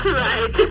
right